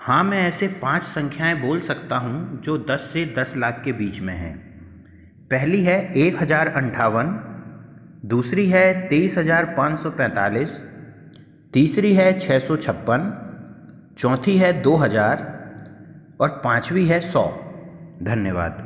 हाँ मैं ऐसे पाँच संख्याऍं बोल सकता हूँ जो दस से दस लाख के बीच में है पहली है एक हजार अठावन दूसरी है तेईस हजार पाँच सौ पैंतालीस तीसरी है छः सौ छप्पन चौथी है दाे हजार और पाँचवीं है सौ धन्यवाद